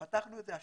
פתחנו את זה השנה,